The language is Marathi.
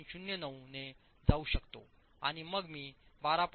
09 ने जाऊ शकतो आणि मग मी 12